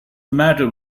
matter